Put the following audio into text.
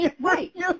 right